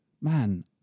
man